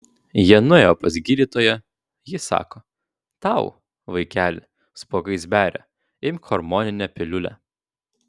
jie nuėjo pas gydytoją ji sako tau vaikeli spuogais beria imk hormoninę piliulę